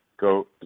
go